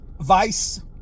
Vice